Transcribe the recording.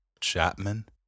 Chapman